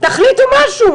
תחליטו משהו.